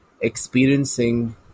experiencing